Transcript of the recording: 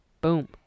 Boom